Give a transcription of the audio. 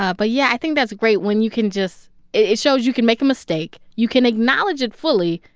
ah but yeah, i think that's great when you can just it shows you can make a mistake. you can acknowledge it fully.